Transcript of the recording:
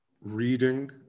reading